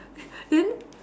then